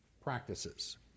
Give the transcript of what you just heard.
practices